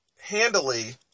handily